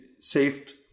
saved